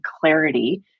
clarity